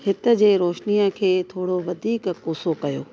हिते जी रोशनीअ खे थोरो वधीक कोसो कयो